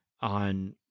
on